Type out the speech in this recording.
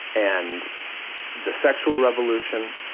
and the sexual revolution,